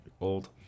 old